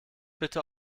bitte